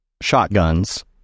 shotguns